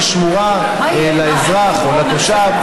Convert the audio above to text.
שמורה לאזרח או לתושב